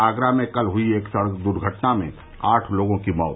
आगरा में कल हुई एक सड़क दुर्घटना में आठ लोगों की मौत